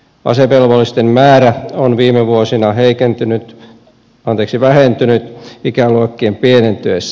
asevelvollisten määrä on viime vuosina vähentynyt ikäluokkien pienentyessä